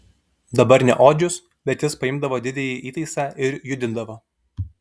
dabar ne odžius bet jis paimdavo didįjį įtaisą ir judindavo